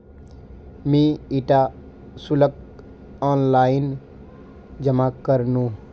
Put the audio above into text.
मी इटा शुल्क ऑनलाइन जमा करनु